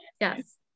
yes